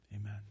amen